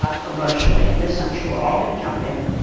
ah commercially. and this, i'm sure, we're all going to jump in,